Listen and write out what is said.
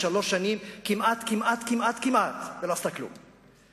בשלוש שנים היא כמעט, כמעט, כמעט לא עשתה כלום.